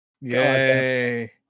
yay